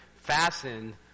fastened